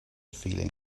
feeling